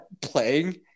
playing